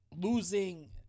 losing